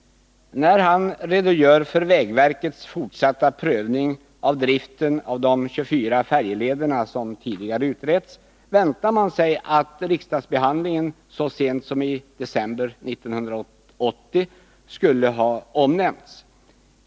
När kommunikationsministern redogör för vägverkets fortsatta prövning av driften av de 24 färjelederna, som tidigare utretts, väntar man sig att riksdagsbehandlingen så sent som i december 1980 skulle ha omnämnts.